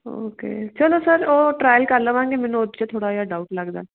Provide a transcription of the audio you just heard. okay ਚਲੋ sir ਉਹ trial ਕਰ ਲਵਾਂਗੇ ਮੈਨੂੰ ਉਹ 'ਚ ਥੋੜ੍ਹਾ ਜਿਹਾ ਡਾਊਟ ਲੱਗਦਾ